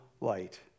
light